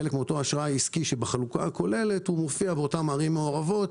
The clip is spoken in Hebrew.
חלק מאותו אשראי עסקי שבחלוקה הכוללת מופיע באותן ערים מעורבות.